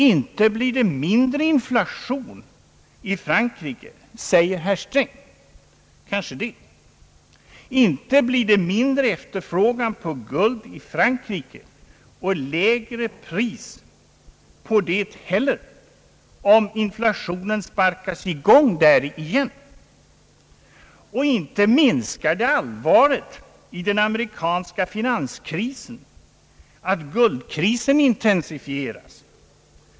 Inte blir det mindre inflation i Frankrike, säger herr Sträng. Kanske det. Inte blir det mindre efterfrågan på guld i Frankrike och lägre pris på det heller, om inflationen sparkas i gång där igen. Och inte minskar det allvaret i den amerikanska finanskrisen att guldkrisen intensifieras.